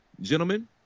Gentlemen